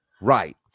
Right